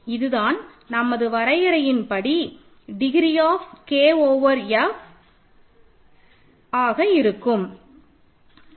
இதுதான் நமது வரையறையின்படி dimension of K as F இன் வெக்டர் ஸ்பேஸ்ஆக இருக்கும்போது degree of K over F